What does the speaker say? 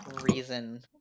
reason